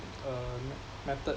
uh me~ method